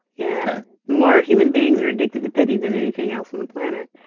yeah more human beings are addicted to pity than anything else on the planet,